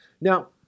Now